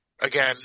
again